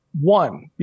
One